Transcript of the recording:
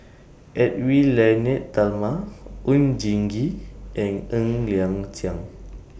Edwy Lyonet Talma Oon Jin Gee and Ng Liang Chiang